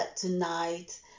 tonight